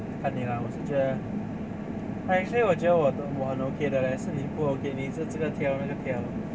看你啦我是觉得 like actually 我觉得我都我很 okay 的 leh 是妳不 okay 妳一直这个挑那个挑